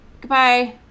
Goodbye